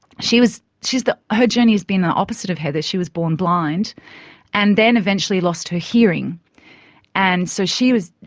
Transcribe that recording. she was, she's the, her journey's been the opposite of heather she was born blind and then eventually lost her hearing and so she was,